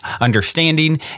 understanding